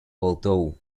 although